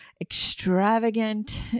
Extravagant